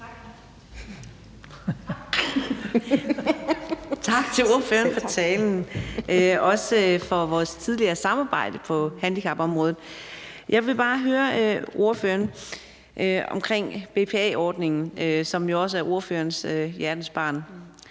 Tak til ordføreren for talen og også for vores tidligere samarbejde på handicapområdet. Jeg vil bare høre ordføreren om BPA-ordningen, som jo også er ordførerens hjertebarn.